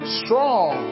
strong